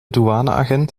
douaneagent